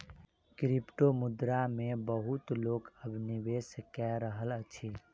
क्रिप्टोमुद्रा मे बहुत लोक अब निवेश कय रहल अछि